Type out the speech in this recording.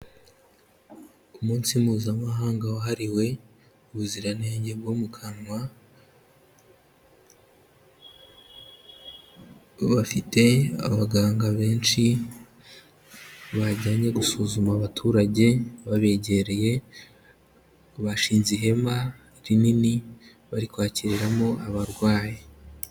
Umunsi mpuzamahanga wahariwe ubuziranenge mu kanwa, bafite abaganga benshi bajyanye gusuzuma abaturage babegereye, bashinze ihema rinini bari kwakiriramo abarwayi.